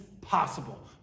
possible